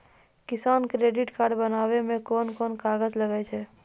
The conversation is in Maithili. किसान क्रेडिट कार्ड बनाबै मे कोन कोन कागज लागै छै?